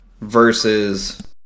versus